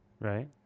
Right